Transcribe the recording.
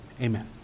Amen